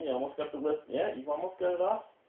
yeah almost got the lid? yeah, you've almost got it off.